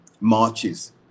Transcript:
marches